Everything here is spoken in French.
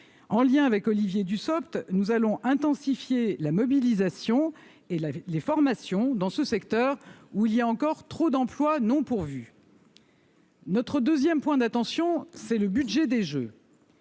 En lien avec Olivier Dussopt, nous allons intensifier la mobilisation et les formations dans ce secteur, où trop d'emplois demeurent non pourvus. Notre deuxième point d'attention est le budget des jeux.